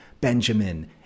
Benjamin